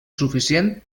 suficient